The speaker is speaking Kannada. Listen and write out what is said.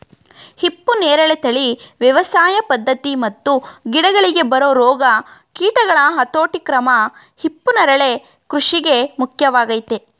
ಹಿಪ್ಪುನೇರಳೆ ತಳಿ ವ್ಯವಸಾಯ ಪದ್ಧತಿ ಮತ್ತು ಗಿಡಗಳಿಗೆ ಬರೊ ರೋಗ ಕೀಟಗಳ ಹತೋಟಿಕ್ರಮ ಹಿಪ್ಪುನರಳೆ ಕೃಷಿಗೆ ಮುಖ್ಯವಾಗಯ್ತೆ